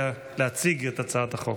להציג את הצעת החוק.